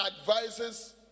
advises